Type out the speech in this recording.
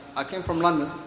i came from london.